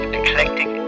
eclectic